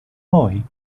boy